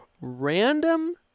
random